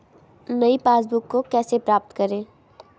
नई पासबुक को कैसे प्राप्त करें?